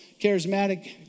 charismatic